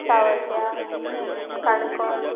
सावड्ड्या Canacona